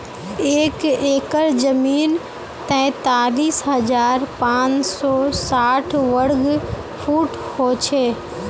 एक एकड़ जमीन तैंतालीस हजार पांच सौ साठ वर्ग फुट हो छे